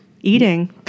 eating